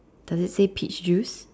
does it say peach juice